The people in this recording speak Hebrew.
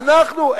אנחנו,